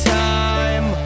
time